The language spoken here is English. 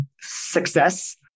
success